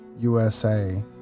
USA